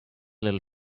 little